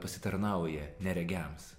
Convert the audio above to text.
pasitarnauja neregiams